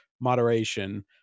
moderation